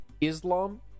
Islam